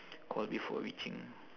call before reaching